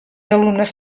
alumnes